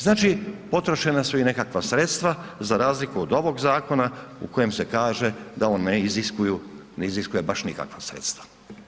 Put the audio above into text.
Znači potrošena su i nekakva sredstva za razliku od ovog zakona u kojem se kaže da on ne iziskuju, ne iziskuje baš nikakva sredstva.